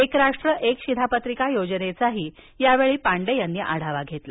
एक राष्ट्र एक शिधा पत्रिका योजनेचाही यावेळी त्यांनी आढावा घेतला